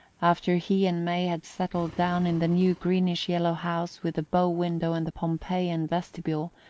after he and may had settled down in the new greenish-yellow house with the bow-window and the pompeian vestibule,